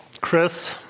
Chris